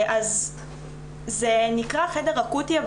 אז זה נקרא חדר אקוטי,